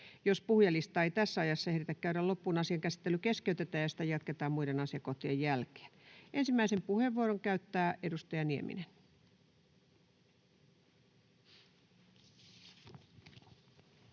Jos puhujalistaa ei tässä ajassa ehditä käydä loppuun, asian käsittely keskeytetään ja sitä jatketaan muiden asiakohtien jälkeen. — Ensimmäisen puheenvuoron käyttää edustaja Nieminen. Arvoisa